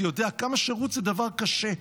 יודע כמה שירות זה דבר קשה,